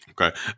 Okay